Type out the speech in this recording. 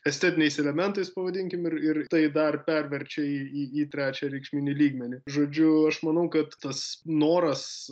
estetiniais elementais pavadinkim ir ir tai dar perverčia į į trečią reikšminį lygmenį žodžiu aš manau kad tas noras